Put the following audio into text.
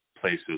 places